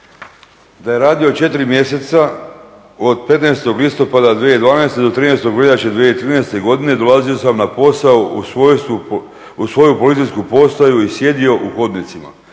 da je radio 4 mjeseca od 15. listopada 2012. do 13. veljače 2013. godine, dolazio sam na posao u svoju policijsku postaju i sjedio u hodnicima